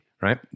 right